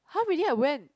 !huh! really ah when